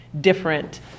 different